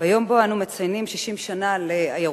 ביום שבו אנחנו מציינים 60 שנה לעיירות